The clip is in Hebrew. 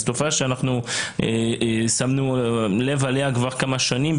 זו תופעה שאנחנו שמנו לב אליה כבר כמה שנים,